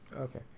Okay